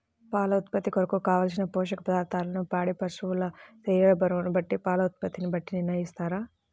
పాల ఉత్పత్తి కొరకు, కావలసిన పోషక పదార్ధములను పాడి పశువు శరీర బరువును బట్టి పాల ఉత్పత్తిని బట్టి నిర్ణయిస్తారా?